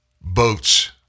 boats